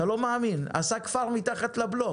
אתה לא מאמין עשה כפר מתחת לבלוק.